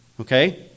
okay